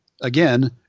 again